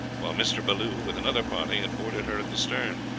while mr. bellew, with another party, had boarded her at the stern.